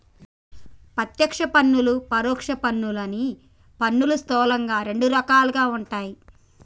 ప్రత్యక్ష పన్నులు, పరోక్ష పన్నులు అని పన్నులు స్థూలంగా రెండు రకాలుగా ఉంటయ్